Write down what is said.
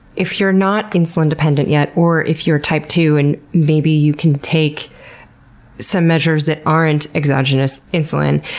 if you're not insulin dependent yet, or if you're type two and maybe you can take some measures that aren't exogenous insulin,